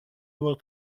avoir